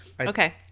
Okay